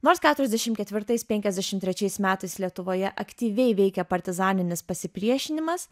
nors keturiasdešimt ketvirtais penkiasdešimt trečiais metais lietuvoje aktyviai veikė partizaninis pasipriešinimas